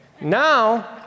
Now